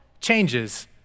changes